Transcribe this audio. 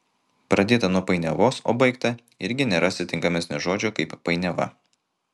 pradėta nuo painiavos o baigta irgi nerasi tinkamesnio žodžio kaip painiava